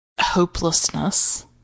hopelessness